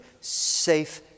safe